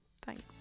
thanks